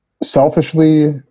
Selfishly